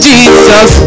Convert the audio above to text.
Jesus